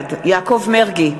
בעד יעקב מרגי,